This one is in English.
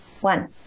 One